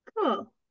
Cool